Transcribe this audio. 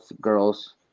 girls